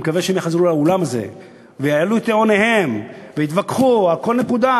אני מקווה שהם יחזרו לאולם הזה ויעלו את טיעוניהם ויתווכחו על כל נקודה,